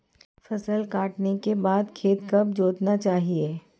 फसल काटने के बाद खेत कब जोतना चाहिये?